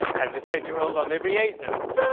and the ten year old, on every eight notes.